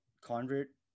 convert